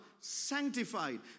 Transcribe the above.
Sanctified